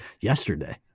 yesterday